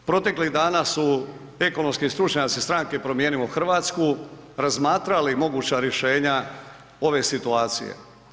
Proteklih dana su ekonomski stručnjaci iz stranke Promijenimo Hrvatsku razmatrali moguća rješenja ove situacije.